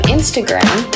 Instagram